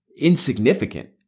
insignificant